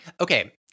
Okay